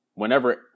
Whenever